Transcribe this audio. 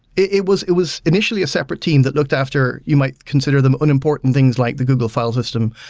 it was it was initially a separate team that looked after you might consider them unimportant things like the google file system,